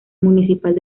municipal